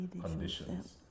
conditions